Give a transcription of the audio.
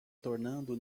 tornando